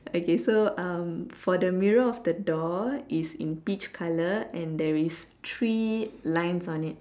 okay so um for the mirror of the door it's in peach colour and there is three lines on it